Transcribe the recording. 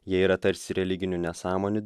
jie yra tarsi religinių nesąmonių